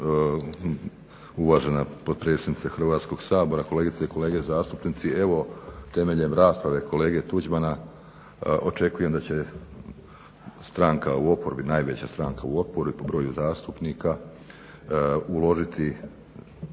uvažena potpredsjednice Hrvatskog sabora, kolegice i kolege zastupnici. Evo temeljem rasprave kolege Tuđmana očekujem da će stranka u oporbi, najveća stranka u oporbi po broju zastupnika uložiti